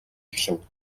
эхлэв